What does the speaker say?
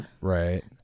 Right